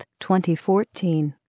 2014